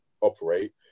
operate